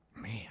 Man